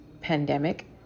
pandemic